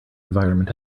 environment